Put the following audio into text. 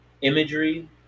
imagery